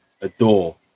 adore